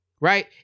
right